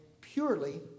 purely